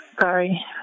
Sorry